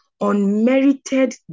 unmerited